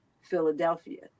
Philadelphia